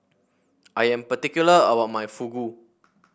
I am particular about my Fugu